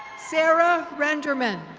sarah rendermen.